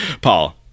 paul